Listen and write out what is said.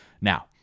now